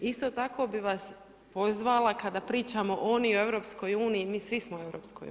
Isto tako bih vas pozvala kada pričamo o „oni EU“, mi svi smo u EU.